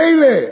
מילא.